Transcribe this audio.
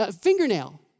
fingernail